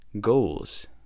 goals